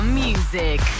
music